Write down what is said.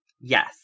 yes